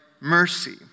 mercy